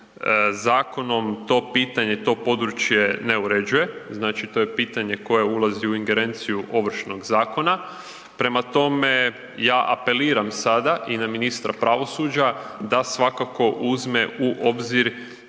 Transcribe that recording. zakonom to pitanje, to područje ne uređuje, znači to je pitanje koje ulazi u ingerenciju Ovršnog zakona. Prema tome, ja apeliram sada i na ministra pravosuđa da svakako uzme u obzir